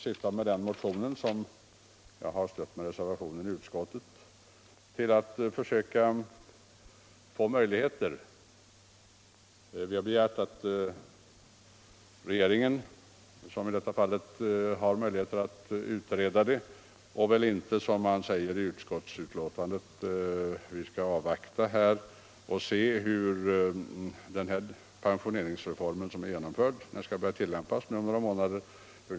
Syftet med den motion som jag har stött med reservationen 3 är att söka möjliggöra större rörlighet i pensionssystemet. I reservationen begär jag därför ett förslag i den riktningen från regeringen, som ju kan låta utreda frågan, i stället för att vi, som det sägs i utskottsbetänkandet, skall avvakta hur den pensionsreform kommer att verka som skall börja tillämpas om några månader.